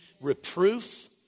reproof